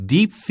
Deep